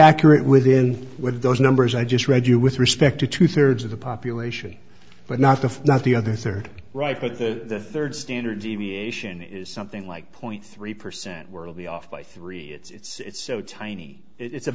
accurate within with those numbers i just read you with respect to two thirds of the population but not if not the other third reich but the third standard deviation is something like point three percent world be off by three it's so tiny it's a